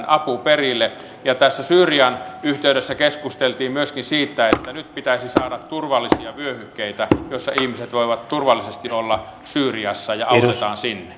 apu perille syyrian yhteydessä keskusteltiin myöskin siitä että nyt pitäisi saada turvallisia vyöhykkeitä joissa ihmiset voivat turvallisesti olla syyriassa ja apua annetaan sinne